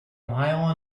mile